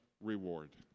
reward